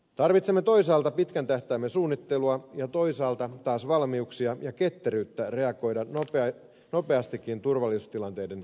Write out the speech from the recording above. tarvitsemme toisaalta pitkän tähtäimen suunnittelua ja toisaalta taas valmiuksia ja ketteryyttä reagoida nopeastikin turvallisuustilanteiden muutoksiin